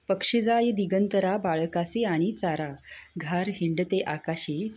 पक्षी जाई दिगंतरा बाळकासी आणि चारा घार हिंडते आकाशी